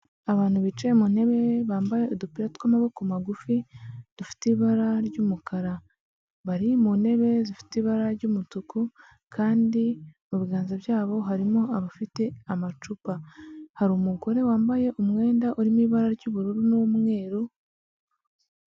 Abantu bicaye mu ntebe bambaye udupira tw’ amaboko magufi dufite ibara ry’ umukara. Bari mu ntebe zifite ibara ry’ umutuku kandi mu biganza byabo harimo abafite amacupa. Hari umugore wambaye umwenda urimo ibara ry’ ubururu n’ umweru.